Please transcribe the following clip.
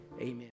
Amen